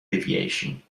deviation